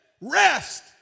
rest